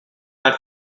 that